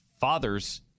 fathers